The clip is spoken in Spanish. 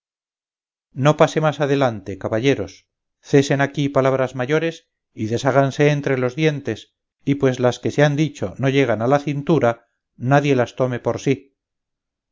no pase más adelante caballeros cesen aquí palabras mayores y desháganse entre los dientes y pues las que se han dicho no llegan a la cintura nadie las tome por sí